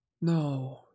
No